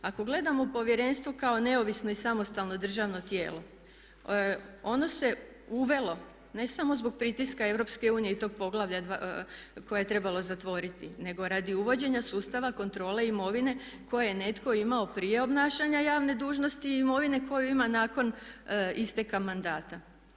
Ako gledamo Povjerenstvo kao neovisno i samostalno državno tijelo ono se uvelo ne samo zbog pritiska EU i tog poglavlja koje je trebalo zatvoriti, nego radi uvođenja sustava kontrole imovine koje je netko imao prije obnašanja javne dužnosti i imovine koju ima nakon isteka mandata.